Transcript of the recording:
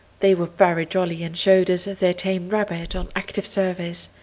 they were very jolly, and showed us their tame rabbit on active service.